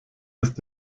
ist